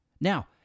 Now